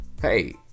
hey